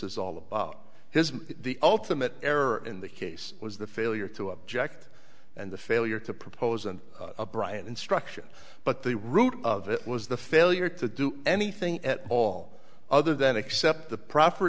is all about here's the ultimate error in the case was the failure to object and the failure to propose and bryant instruction but the root of it was the failure to do anything at all other than accept the pro